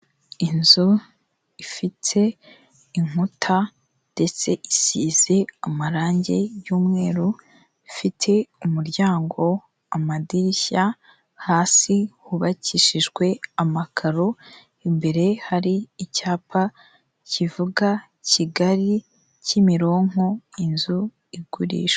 Inzu ifite inkuta ndetse isize amarangi y'umweru, ifite umuryango, amadirishya, hasi hubakishijwe amakaro, imbere hari icyapa kivuga Kigali, Kimironko inzu iguriswa.